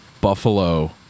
buffalo